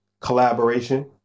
collaboration